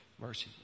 mercy